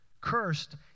Cursed